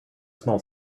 small